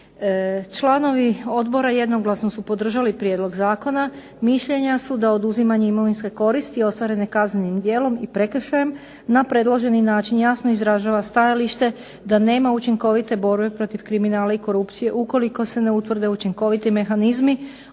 Članovi odbora jednoglasno su podržali prijedlog zakona. Mišljenja su da postupak oduzimanje imovinske koristi ostvarene kaznenim djelom i prekršajem na predloženi način jasno izražava stajalište da nema učinkovite borbe protiv kriminala i korupcije ukoliko se ne utvrde učinkoviti mehanizmi